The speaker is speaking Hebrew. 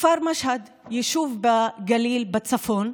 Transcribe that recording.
כפר משהד, יישוב בגליל, בצפון.